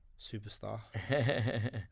superstar